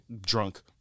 drunk